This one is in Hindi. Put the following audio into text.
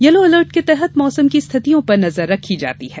यलो अलर्ट के तहत मौसम की स्थितियों पर नजर रखी जाती है